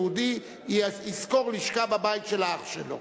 אבל כל חבר כנסת יהודי ישכור לשכה בבית של אח שלו,